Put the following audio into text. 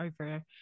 over